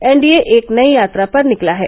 NDA एक नई यात्रा पर निकला है